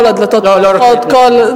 כל הדלתות פתוחות לא, לא רוצה.